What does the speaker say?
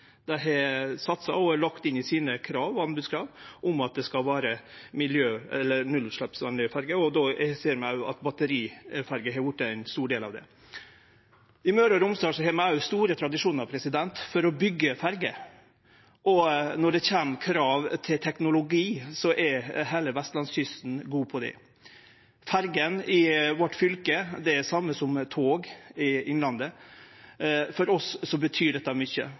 satsa og lagt inn i sine anbodskrav at det skal vere nullutsleppsferjer, og då ser vi at batteriferjer har vorte ein stor del av det. I Møre og Romsdal har vi òg store tradisjonar for å byggje ferjer, og når det kjem krav til teknologi, er heile vestlandskysten god på det. Ferjene i vårt fylke er det same som tog i Innlandet. For oss betyr dette mykje,